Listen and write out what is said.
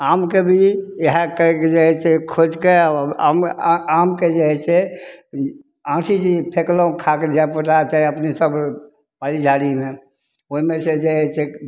आमके भी इएह कहैके जे हइ से खोजिके आम आमके जे हइ से आँठी जे फेकलहुँ खाके धिआपुता चाहे अपनेसभ बाड़ी झाड़ीमे ओहिमे से जे हइ से